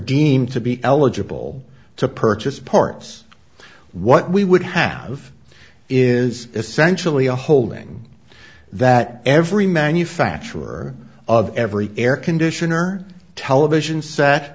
deemed to be eligible to purchase parts what we would have is essentially a holding that every manufacturer of every air conditioner television set